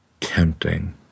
tempting